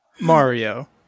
Mario